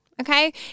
okay